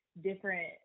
different